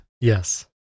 Yes